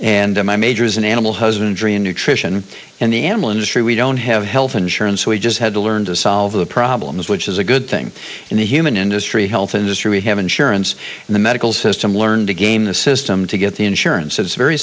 and my major is an animal husbandry and nutrition and the animal industry we don't have health insurance so we just had to learn to solve the problems which is a good thing in the human industry health industry we have insurance and the medical system learn to game the system to get the insurance it's very